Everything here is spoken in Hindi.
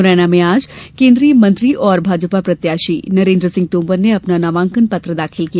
मुरैना में आज केन्द्रीय मंत्री और भाजपा प्रत्याशी नरेन्द्र सिंह तोमर ने अपना नामांकन पत्र दाखिल किया